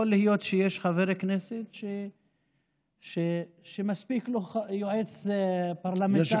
יכול להיות שיש חבר הכנסת שמספיק לו יועץ פרלמנטרי אחד.